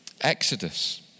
Exodus